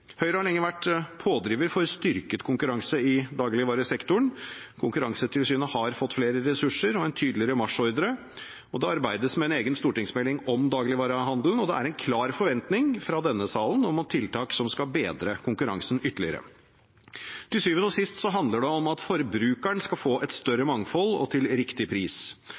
Høyre har lenge vært en pådriver for styrket konkurranse i dagligvaresektoren. Konkurransetilsynet har fått flere ressurser og en tydeligere marsjordre. Det arbeides med en egen stortingsmelding om dagligvarehandelen, og det er en klar forventning fra denne salen om tiltak som skal bedre konkurransen ytterligere. Til syvende og sist handler det om at forbrukeren skal få et større mangfold – og til riktig pris.